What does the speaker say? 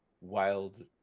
wild